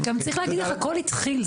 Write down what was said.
גם צריך להגיד איך הכול התחיל,